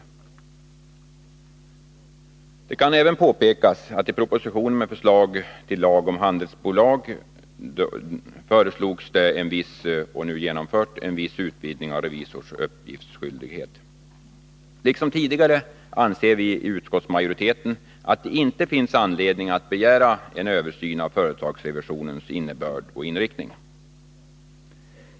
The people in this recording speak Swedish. Det kan även påpekas att i proposition med förslag till lag om handelsbolag föreslogs — vilket nu genomförts — en viss utvidgning av revisors uppgiftsskyldighet. Liksom tidigare anser vi i utskottsmajoriteten att det inte finns anledning att begära en översyn av företagsrevisionens innebörd och inriktning.